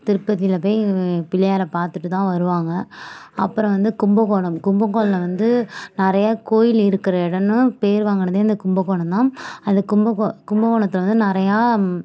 திருப்பதியில் போய் பிள்ளையாரை பார்த்துட்டுதான் வருவாங்க அப்புறம் வந்து கும்பகோணம் கும்பகோணம் வந்து நிறையா கோயில் இருக்கிற இடன்னும் பேர் வாங்கினதே இந்த கும்பகோணம்தான் அந்த கும்ப கும்பகோணத்தில் வந்து நிறையா